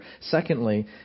Secondly